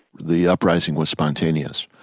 the uprising was spontaneous,